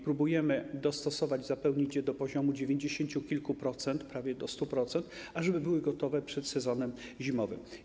Próbujemy zapełnić je do poziomu dziewięćdziesięciu kilku procent, prawie 100%, ażeby były gotowe przed sezonem zimowym.